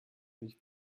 nicht